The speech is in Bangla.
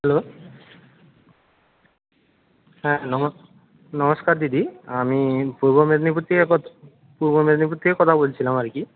হ্যালো হ্যাঁ নমস্কার দিদি আমি পূর্ব মেদিনীপুর থেকে পূর্ব মেদিনীপুর থেকে কথা বলছিলাম আর কি